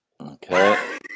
Okay